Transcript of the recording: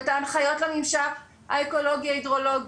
את ההנחיות לממשק האקולוגי הידרולוגי.